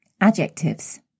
Adjectives